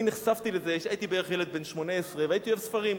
אני נחשפתי לזה כשהייתי ילד בערך בן 18 והייתי אוהב ספרים.